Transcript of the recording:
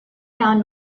found